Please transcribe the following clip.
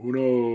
Uno